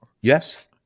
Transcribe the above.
Yes